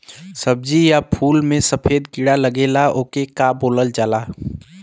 सब्ज़ी या फुल में सफेद कीड़ा लगेला ओके का बोलल जाला?